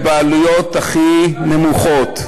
ובעלויות הכי נמוכות.